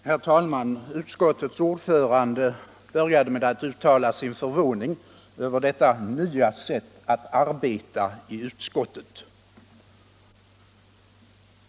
Herr talman! Utskottets ordförande började med att uttala sin förvåning över, som han sade, detta nya sätt att arbeta i utskottet.